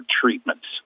treatments